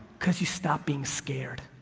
because you stop being scared.